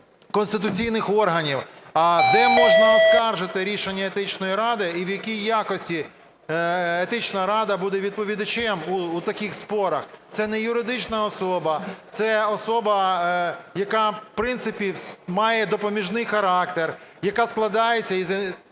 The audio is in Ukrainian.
конституційних органів. А де можна оскаржити рішення Етичної ради? І в якій якості Етична рада буде відповідачем у таких спорах? Це не юридична особа, це особа, яка в принципі має допоміжний характер, яка складається із